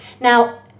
Now